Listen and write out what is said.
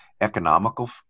economical